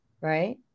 Right